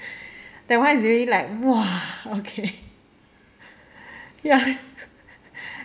that one is really like !wah! okay ya